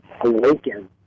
awaken